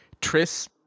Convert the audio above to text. Tris